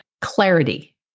Clarity